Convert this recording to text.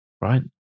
right